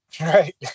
Right